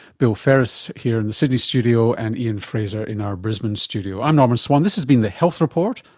bill ferris here in the sydney studio, and ian frazer in our brisbane studio. i'm norman swan, this has been the health report,